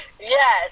yes